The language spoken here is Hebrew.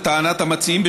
לטענת המציעים,